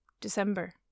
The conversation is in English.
December